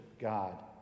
God